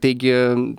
taigi